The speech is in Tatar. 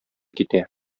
китә